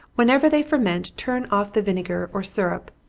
whenever they ferment, turn off the vinegar or syrup,